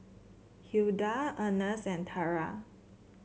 Hilda Ernest and Tara